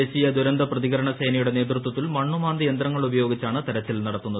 ദേശീയ ദുരന്തപ്രതികരണ സേനയുടെ നേതൃത്വത്തിൽ മണ്ണുമാന്തി യന്ത്രങ്ങൾ ഉപയോഗിച്ചാണ് തെരച്ചിൽ നടക്കുന്നത്